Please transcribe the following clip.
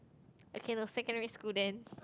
okay no secondary school then